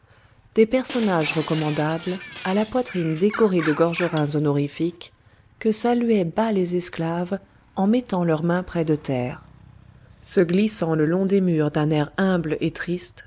des personnages recommandables à la poitrine décorée de gorgerins honorifiques que saluaient très bas les esclaves en mettant leurs mains près de terre se glissant le long des murs d'un air humble et triste